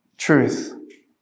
truth